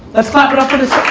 let's clap it up for this